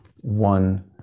one